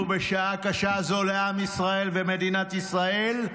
בשעה קשה זו לעם ישראל ומדינת ישראל,